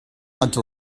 until